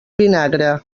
vinagre